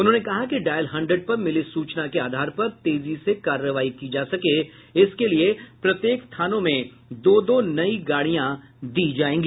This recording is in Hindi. उन्होंने कहा कि डायल हंड्रेड पर मिली सूचना के आधार पर तेजी से कार्रवाई की जा सके इसके लिए प्रत्येक थानों में दो दो नई गाड़ियां दी जायेगी